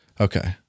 Okay